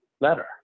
letter